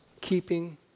keeping